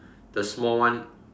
the small one